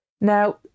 Now